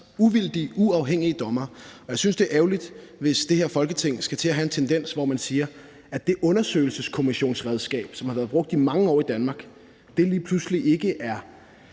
uvildige, uafhængige dommere. Jeg synes, det er ærgerligt, hvis der skal til at være en tendens i det her Folketing til, at man siger, at det undersøgelseskommissionsredskab, som har været brugt i mange år i Danmark, lige pludselig ikke er